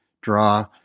draw